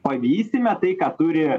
pavysime tai ką turi